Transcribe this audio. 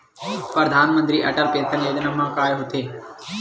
परधानमंतरी अटल पेंशन योजना मा का होथे?